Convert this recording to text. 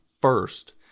first